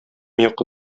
йокы